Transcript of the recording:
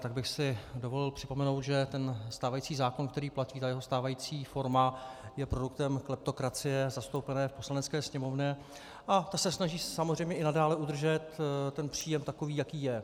Tak bych si dovolil připomenout, že ten stávající zákon, který platí, ta jeho stávající forma, je produktem kleptokracie zastoupené v Poslanecké sněmovně, a ta se snaží si samozřejmě i nadále udržet ten příjem takový, jaký je.